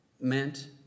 meant